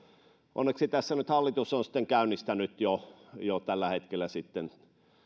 onneksi tässä nyt hallitus on sitten käynnistänyt jo jo tällä hetkellä